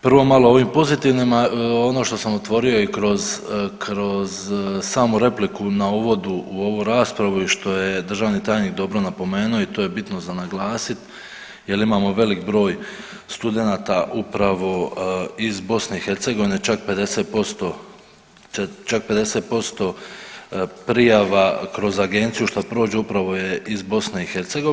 Prvo malo o ovim pozitivnima, ono što sam otvorio i kroz samu repliku na uvod u ovu raspravu i što je državni tajnik dobro napomenuo i to je bitno za naglasiti jer imamo velik broj studenata upravo iz BiH, čak 50% prijava kroz agenciju što prođu upravo je iz BiH.